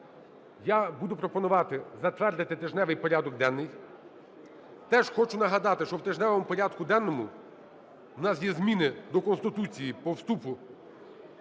я буду пропонувати затвердити тижневий порядок денний. Теж хочу нагадати, що в тижневому порядку денному в нас є зміни до Конституції по вступу